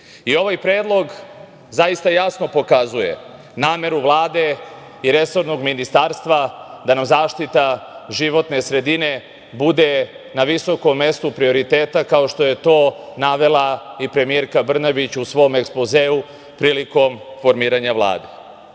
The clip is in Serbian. ovaj Predlog zaista jasno pokazuje nameru Vlade i resornog ministarstva da nam zaštita životne sredine bude na visokom mestu prioriteta, kao što je to navela i premijerka Brnabić u svom ekspozeu prilikom formiranja Vlade. Vaše